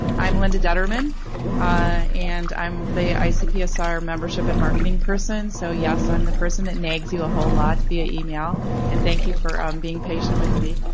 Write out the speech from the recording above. and i'm linda detterman and i'm the icpsr membership and marketing person, so yes i'm the person that nags you a whole lot via email and thank you for being patient with me.